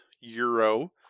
Euro